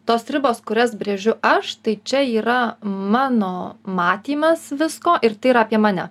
tos ribos kurias brėžiu aš tai čia yra mano matymas visko ir tai yra apie mane